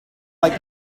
like